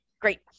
great